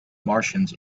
martians